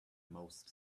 most